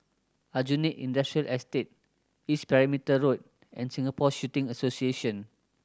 Aljunied Industrial Estate East Perimeter Road and Singapore Shooting Association